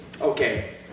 Okay